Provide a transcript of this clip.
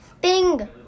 Bing